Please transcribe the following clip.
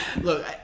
Look